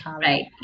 Right